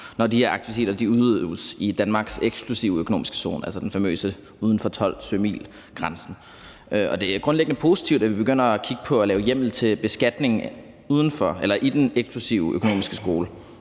når de aktiviteter udøves i Danmarks eksklusive økonomiske zone, altså uden for den famøse 12-sømilsgrænse. Det er grundlæggende positivt, at vi begynder at kigge på at lave hjemmel til beskatning i den eksklusive økonomiske zone,